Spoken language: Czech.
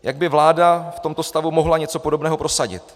Jak by vláda v tomto stavu mohla něco podobného prosadit?